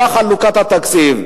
לא חלוקת התקציב.